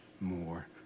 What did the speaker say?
more